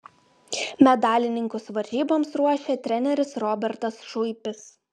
medalininkus varžyboms ruošė treneris robertas šuipis